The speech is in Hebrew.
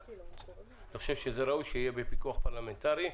ואני חושב שראוי שזה יהיה בפיקוח פרלמנטרי.